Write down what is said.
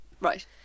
Right